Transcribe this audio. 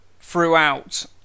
throughout